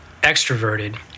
extroverted—